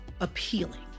appealing